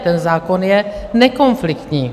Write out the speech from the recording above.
Ten zákon je nekonfliktní.